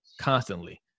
constantly